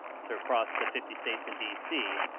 so across the fifty states and d c,